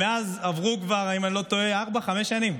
מאז, עברו כבר, אם אני לא טועה, ארבע או חמש שנים,